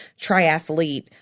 triathlete